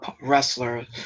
wrestler